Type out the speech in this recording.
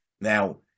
Now